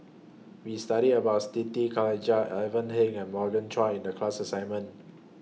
We studied about Siti Khalijah Ivan Heng and Morgan Chua in The class assignment